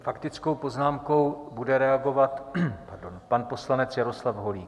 Faktickou poznámkou bude reagovat pan poslanec Jaroslav Holík.